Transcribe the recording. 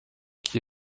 qui